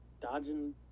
dodging